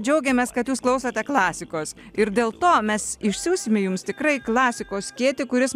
džiaugiamės kad jūs klausote klasikos ir dėl to mes išsiųsime jums tikrai klasikos skėtį kuris